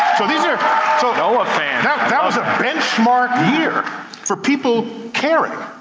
so these are so noaa fan. that was a benchmark year for people caring.